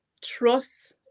trust